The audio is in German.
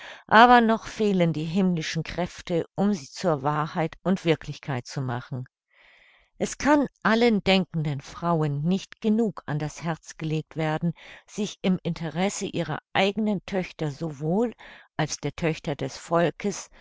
aber noch fehlen die himmlischen kräfte um sie zur wahrheit und wirklichkeit zu machen es kann allen denkenden frauen nicht genug an das herz gelegt werden sich im interesse ihrer eigenen töchter sowohl als der töchter des volkes